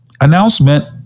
Announcement